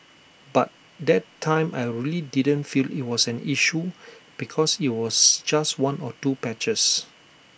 but that time I really didn't feel IT was an issue because IT was just one or two patches